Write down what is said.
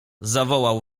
zawołał